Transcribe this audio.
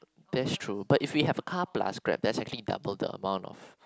that's true but if we have a car plus grab that's actually the double the amount of